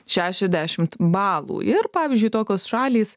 šešiasdešimt balų ir pavyzdžiui tokios šalys